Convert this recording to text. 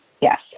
Yes